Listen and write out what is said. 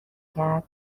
کرد